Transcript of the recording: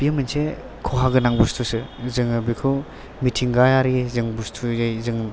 बे मोनसे खहा गोनां बुस्थुसो जोङो बेखौ मिथिंगायारि जों बुस्थुयै जों